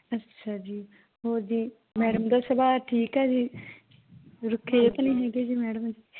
ਅੱਛਾ ਜੀ ਹੋਰ ਜੀ ਮੈਡਮ ਦਾ ਸੁਭਾਅ ਠੀਕ ਹੈ ਜੀ ਰੁੱਖੇ ਜੇ ਤਾਂ ਨਹੀਂ ਹੈਗੇ ਜੀ ਮੈਡਮ